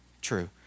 true